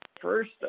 First